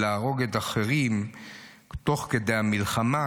להרוג אחרים תוך כדי המלחמה,